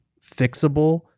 fixable